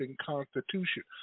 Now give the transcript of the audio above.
constitution